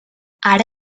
ara